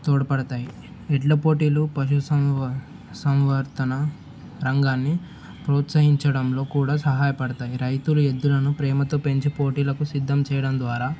తోడ్పడతాయి ఎడ్ల పోటీలు పశు సంవ సంవర్ధన రంగాన్ని ప్రోత్సహించడంలో కూడా సహాయపడతాయి రైతులు ఎద్దులను ప్రేమతో పెంచి పోటీలకు సిద్ధం చేయడం ద్వారా